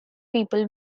people